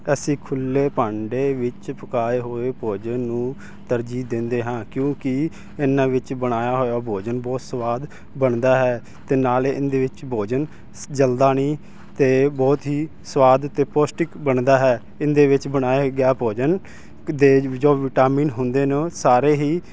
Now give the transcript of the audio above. ਅਸੀਂ ਖੁੱਲ੍ਹੇ ਭਾਂਡੇ ਵਿੱਚ ਪਕਾਏ ਹੋਏ ਭੋਜਨ ਨੂੰ ਤਰਜੀਹ ਦਿੰਦੇ ਹਾਂ ਕਿਉਂਕਿ ਇਹਨਾਂ ਵਿੱਚ ਬਣਾਇਆ ਹੋਇਆ ਭੋਜਨ ਬਹੁਤ ਸਵਾਦ ਬਣਦਾ ਹੈ ਅਤੇ ਨਾਲ ਇਹਦੇ ਵਿੱਚ ਭੋਜਨ ਜਲਦਾ ਨਹੀਂ ਅਤੇ ਬਹੁਤ ਹੀ ਸਵਾਦ ਅਤੇ ਪੋਸ਼ਟਿਕ ਬਣਦਾ ਹੈ ਇਹਦੇ ਵਿੱਚ ਬਣਾਇਆ ਗਿਆ ਭੋਜਨ ਦੇ ਜੋ ਵਿਟਾਮਿਨ ਹੁੰਦੇ ਨੇ ਉਹ ਸਾਰੇ ਹੀ